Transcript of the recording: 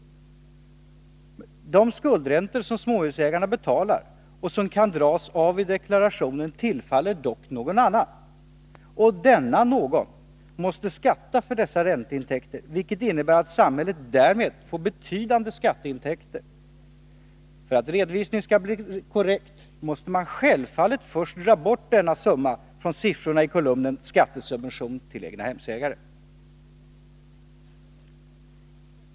De skuldräntor som småhusägarna betalar och som kan dras av i deklarationen tillfaller dock någon annan. Denna någon måste skatta för dessa ränteintäkter, vilket innebär att samhället får betydande skatteintäkter. För att redovisningen skall bli korrekt måste man självfallet först dra bort denna summa från siffrorna i kolumnen ”skattesubvention till egnahemsägare”.